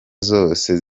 zose